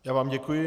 Já vám děkuji.